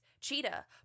Cheetah